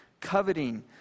coveting